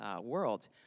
world